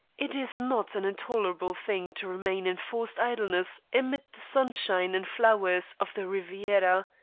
it is not an intolerable thing to remain in forced idleness amid the sunshine and flowers of the riviera.